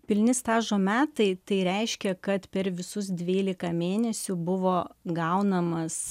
pilni stažo metai tai reiškia kad per visus dvylika mėnesių buvo gaunamas